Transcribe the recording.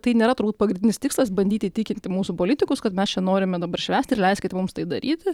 tai nėra turbūt pagrindinis tikslas bandyti įtikinti mūsų politikus kad mes čia norime dabar švęsti ir leiskite mums tai daryti